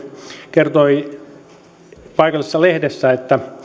kertoi paikallisessa lehdessä että